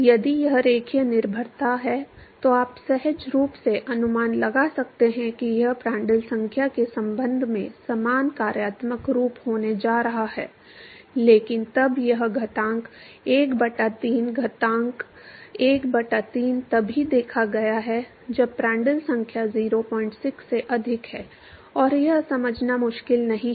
यदि यह रैखिक निर्भरता है तो आप सहज रूप से अनुमान लगा सकते हैं कि यह प्रांड्टल संख्या के संबंध में समान कार्यात्मक रूप होने जा रहा है लेकिन तब यह घातांक 1 बटा 3 घातांक 1 बटा 3 तभी देखा गया है जब प्रांड्टल संख्या 06 से अधिक है और यह समझना मुश्किल नहीं है